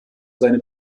seine